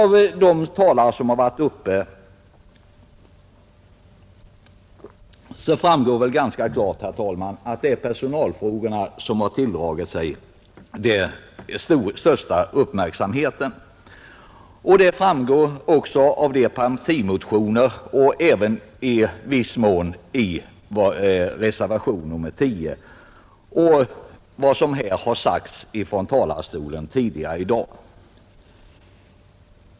Av de anföranden som hittills har hållits här framgår väl ganska klart att det är personalfrågorna som har tilldragit sig den största uppmärksamheten. Detta framgår också av de partimotioner som har väckts och även i viss mån av reservationen 10.